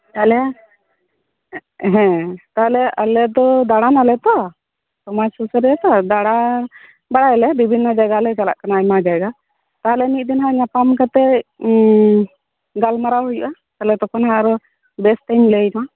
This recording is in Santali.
ᱟᱞᱮ ᱦᱮᱸᱛᱟᱦᱞᱮ ᱟᱞᱮ ᱫᱚ ᱫᱟᱬᱟᱱᱟᱞᱮ ᱛᱚ ᱥᱚᱢᱟᱡᱽ ᱥᱩᱥᱟᱹᱨᱤᱭᱟᱹ ᱛᱚ ᱫᱟᱬᱟ ᱵᱟᱲᱟᱭᱟᱞᱮ ᱵᱤᱵᱷᱤᱱᱱᱚ ᱡᱟᱭᱜᱟ ᱞᱮ ᱪᱟᱞᱟᱜ ᱠᱟᱱᱟ ᱟᱭᱢᱟ ᱡᱟᱭᱜᱟ ᱛᱟᱦᱞᱮ ᱢᱤᱜᱫᱤᱱᱚᱜ ᱧᱟᱯᱟᱢ ᱠᱟᱛᱮ ᱜᱟᱞᱢᱟᱨᱟᱣ ᱦᱩᱭᱩᱜᱼᱟ ᱛᱟᱦᱞᱮ ᱛᱚᱠᱷᱚᱱ ᱦᱟᱸᱜ ᱟᱨᱦᱚᱸ ᱵᱮᱥ ᱛᱮᱧ ᱞᱟᱹᱭᱮᱫᱟ